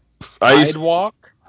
Sidewalk